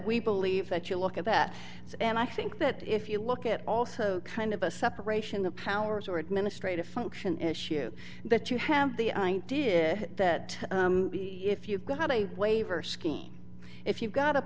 we believe that you look at that and i think that if you look at also kind of a separation of powers or administrative function issue that you have the idea that if you've got a waiver scheme if you've got a